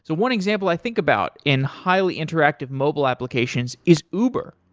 so one example i think about in highly interactive mobile applications is uber.